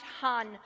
Han